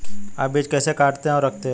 आप बीज कैसे काटते और रखते हैं?